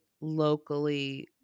locally